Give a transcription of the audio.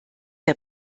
der